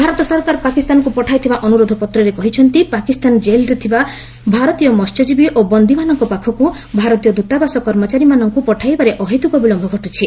ଭାରତ ସରକାର ପାକିସ୍ତାନକୁ ପଠାଇଥିବା ଅନୁରୋଧ ପତ୍ରରେ କହିଛନ୍ତି ପାକିସ୍ତାନ ଜେଲ୍ରେ ଥିବା ଭାରତୀୟ ମହ୍ୟଜୀବୀ ଓ ବନ୍ଦୀମାନଙ୍କ ପାଖକ୍ ଭାରତୀୟ ଦ୍ୱତାବାସ କର୍ମଚାରୀମାନଙ୍କୁ ପଠାଇବାରେ ଅହେତ୍ରକ ବିଳମ୍ୟ ଘଟ୍ଟିଛି